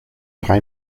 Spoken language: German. drei